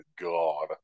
god